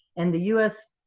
and the u s.